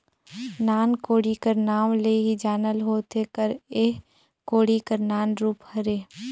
नान कोड़ी कर नाव ले ही जानल होथे कर एह कोड़ी कर नान रूप हरे